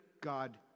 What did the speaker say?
God